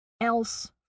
else